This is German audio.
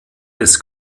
des